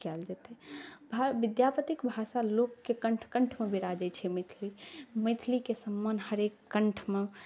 कएल जेतै विद्यापतिके भाषा लोकके कण्ठ कण्ठमे विराजै छै मैथिली मैथिलीके सम्मान हरेक कण्ठमे